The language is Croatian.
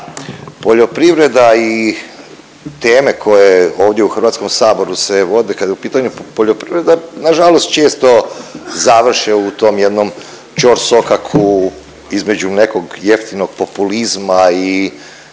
poljoprivreda i teme koje ovdje u HS-u se vode kad je u pitanju poljoprivreda, nažalost često završe u tom jednom ćorsokaku između nekog jeftinog populizma i